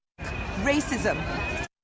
Racism